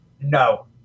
No